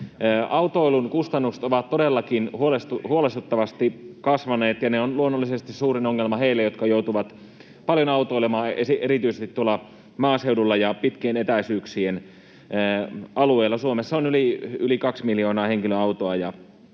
Autoilun kustannukset ovat todellakin huolestuttavasti kasvaneet, ja ne ovat luonnollisesti suurin ongelma heille, jotka joutuvat paljon autoilemaan erityisesti tuolla maaseudulla ja pitkien etäisyyksien alueilla. Suomessa on yli 2 miljoonaa henkilöautoa,